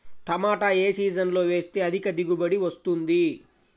టమాటా ఏ సీజన్లో వేస్తే అధిక దిగుబడి వస్తుంది?